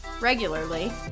regularly